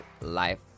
life